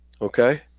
Okay